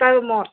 এটা ৰূমত